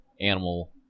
Animal